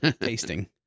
tasting